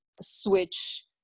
switch